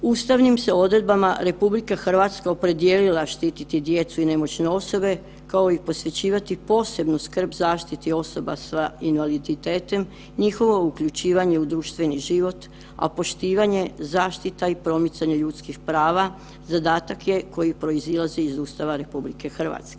Ustavnim se odredbama RH opredijelila štititi djecu i nemoćne osobe kao i posvećivati posebnu skrb zaštiti osoba s invaliditetom, njihovo uključivanje u društveni život, a poštivanje, zaštita i promicanje ljudskih prava, zadatak je koji proizilazi iz Ustava RH.